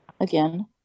again